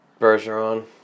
Bergeron